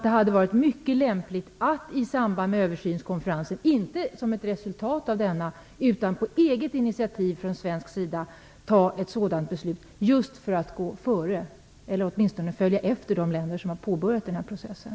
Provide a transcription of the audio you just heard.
Det hade varit mycket lämpligt att ta ett sådant beslut från svensk sida i samband med översynskonferensen, inte som ett resultat av denna utan på eget initiativ för att gå före, eller åtminstone följa efter de länder som har påbörjat den här processen.